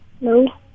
No